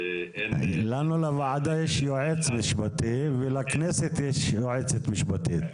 לוועדה יש יועץ משפטי ולכנסת יש יועצת משפטית.